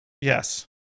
Yes